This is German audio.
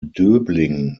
döbling